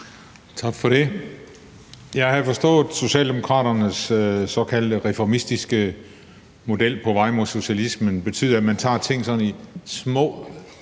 Tak for det. Jeg havde forstået, at Socialdemokraternes såkaldte reformistiske model på vej mod socialismen betød, at man tager ting sådan